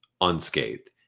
unscathed